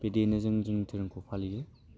बिदियैनो जों जोंनि दोरोमखौ फालियो